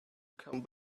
come